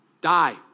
die